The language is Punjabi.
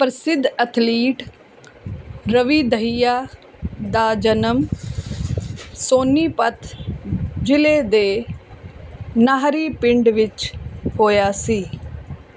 ਪ੍ਰਸਿੱਧ ਅਥਲੀਟ ਰਵੀ ਦਹੀਆ ਦਾ ਜਨਮ ਸੋਨੀਪਤ ਜ਼ਿਲ੍ਹੇ ਦੇ ਨਾਹਰੀ ਪਿੰਡ ਵਿੱਚ ਹੋਇਆ ਸੀ